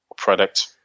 Product